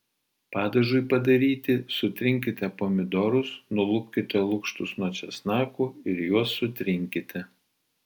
padažui padaryti sutrinkite pomidorus nulupkite lukštus nuo česnakų ir juos sutrinkite